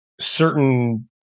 Certain